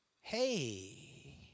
hey